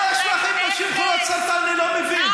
מה יש לך עם נשים חולות סרטן, אני לא מבין.